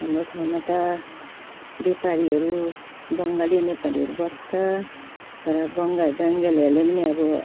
हाम्रो ठाउँमा त व्यापारीहरू बङ्गाली नेपालीहरू बस्छ तर अब बङ्गा बङ्गालीहरूले पनि अब